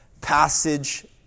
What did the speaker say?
passage